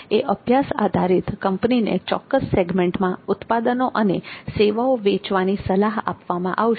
એ અભ્યાસ આધારિત કંપનીને ચોક્કસ સેગમેન્ટમાં ઉત્પાદનો અને સેવાઓ વેચવાની સલાહ આપવામાં આવશે